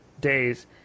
days